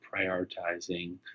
prioritizing